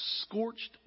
scorched